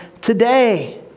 today